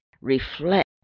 Reflect